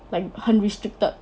like 很 restricted